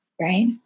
right